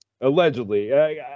Allegedly